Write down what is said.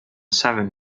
seven